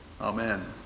Amen